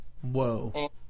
Whoa